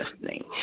listening